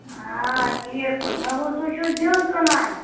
آ ٹھیٖک پٲٹھۍ مےٚ بوٗز تُہۍ چھِو زیُن کٕنان